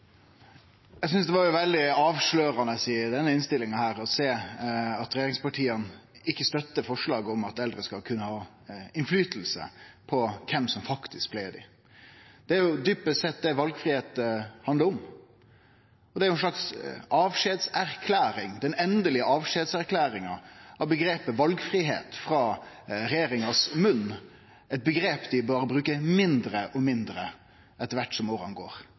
Eg synest det var veldig avslørande å sjå i innstillinga at regjeringspartia ikkje støttar forslaget om at eldre skal kunne ha innverknad på kven som faktisk pleier dei. Det er djupast sett det valfridom handlar om. Det er ei slags endeleg avskjedserklæring frå omgrepet «valfridom» frå regjeringa sin munn – eit omgrep dei bør bruke mindre og mindre etter kvart som åra går.